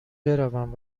بروم